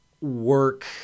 work